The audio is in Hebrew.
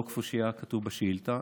לא כפי שהיה כתוב בשאילתה.